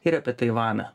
ir apie taivaną